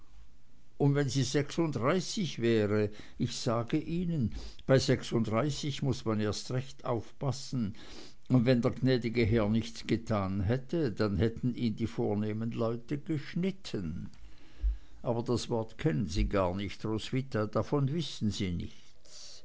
und wenn sie sechsunddreißig wäre ich sage ihnen bis sechsunddreißig muß man erst recht aufpassen und wenn der gnäd'ge herr nichts getan hätte dann hätten ihn die vornehmen leute geschnitten aber das wort kennen sie gar nicht roswitha davon wissen sie nichts